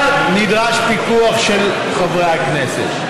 אבל נדרש פיקוח של חברי הכנסת.